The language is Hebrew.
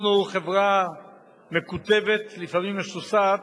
אנחנו חברה מקוטבת ולפעמים משוסעת,